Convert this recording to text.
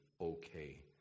okay